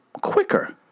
quicker